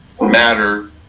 matter